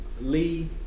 Lee